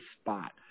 spot